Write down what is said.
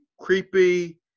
creepy